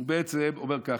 הוא אומר ככה: